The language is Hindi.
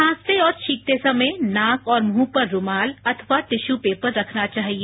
खासते और छींकते समय नाक और मुंह पर रूमाल अथवा टिश्यू पेपर रखना चाहिए